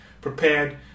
prepared